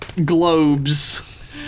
Globes